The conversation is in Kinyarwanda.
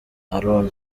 aron